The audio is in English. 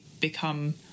become